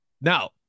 Now